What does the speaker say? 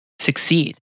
succeed